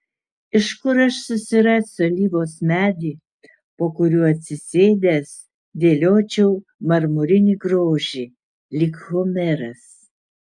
ir kur aš susirasiu alyvos medį po kuriuo atsisėdęs dėliočiau marmurinį grožį lyg homeras